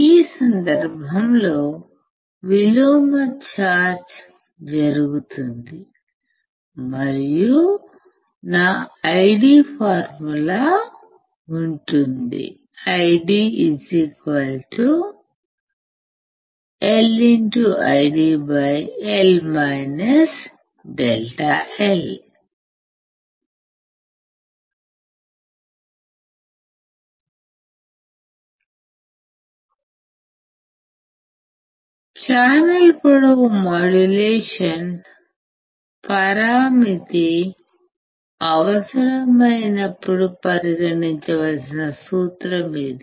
ఈ సందర్భంలో విలోమ ఛార్జ్ జరుగుతుంది మరియు నా IDసూత్రం ఇలా ఉంటుంది D LIDL ∆L ఛానల్ పొడవు మాడ్యులేషన్ పరామితి అవసరమైనప్పుడు పరిగణించవలసిన సూత్రం ఇది